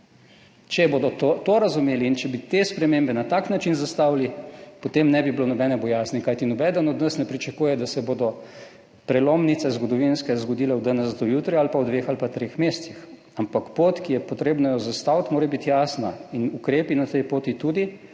Če bodo to razumeli in če bi te spremembe na tak način zastavili, potem ne bi bilo nobene bojazni. Kajti nobeden od nas ne pričakuje, da se bodo zgodovinske prelomnice zgodile od danes do jutri ali pa v dveh ali treh mesecih. Ampak pot, ki jo je potrebno zastaviti, mora biti jasna in ukrepi na tej poti tudi.